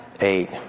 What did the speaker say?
eight